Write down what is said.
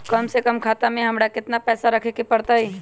कम से कम खाता में हमरा कितना पैसा रखे के परतई?